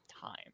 time